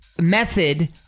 method